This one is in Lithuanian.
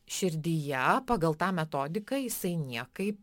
širdyje pagal tą metodiką jisai niekaip